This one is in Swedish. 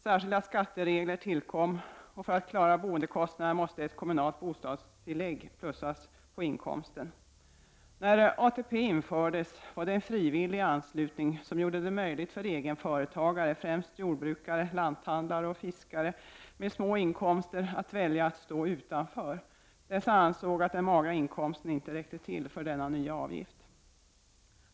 Särskilda skatteregler tillkom och för att klara boendekostnaderna måste kommunalt bostadstillägg plussas på inkomsten. När ATP infördes var det en frivillig anslutning som gjorde det möjligt för egenföretagare, främst jordbrukare, lanthandlare och fiskare, med små inkomster att välja att stå utanför. Dessa ansåg att den magra inkomsten inte räckte till för denna nya avgift.